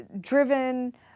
driven